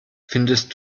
findest